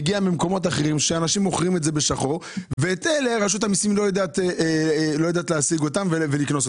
היא מגיע מהאנשים שמוכרים בשחור שרשות המסים לא יודעת לקנוס אותם.